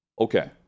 Okay